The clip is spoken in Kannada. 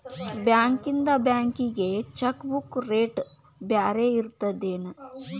ಬಾಂಕ್ಯಿಂದ ಬ್ಯಾಂಕಿಗಿ ಚೆಕ್ ಬುಕ್ ರೇಟ್ ಬ್ಯಾರೆ ಇರ್ತದೇನ್